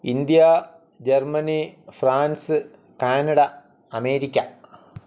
India Germany France Canada America